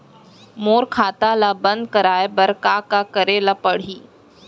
मोर खाता ल बन्द कराये बर का का करे ल पड़ही?